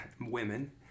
Women